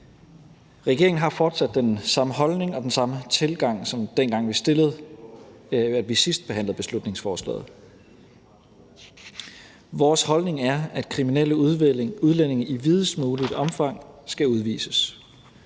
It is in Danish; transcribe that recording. Regeringen har fortsat den samme holdning og den samme tilgang, som dengang vi sidst behandlede beslutningsforslaget. Vores holdning er, at kriminelle udlændinge i videst muligt omfang skal udvises.